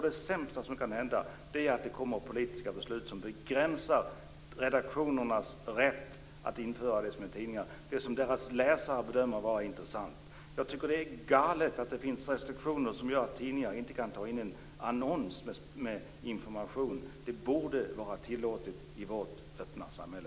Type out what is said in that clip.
Det sämsta som kunde hända var om det kom politiska beslut som begränsar redaktionernas rätt att i tidningarna införa det som deras läsare bedömer vara intressant. Det är galet att det finns restriktioner som gör att tidningar inte kan ta in en annons med information. Det borde vara tillåtet i vårt öppna samhälle.